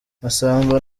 massamba